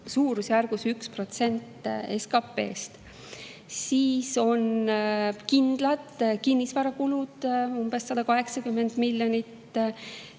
suurusjärgus 1% SKP‑st. Siis on kindlad kinnisvarakulud, umbes 180 miljonit,